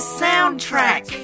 soundtrack